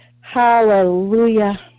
Hallelujah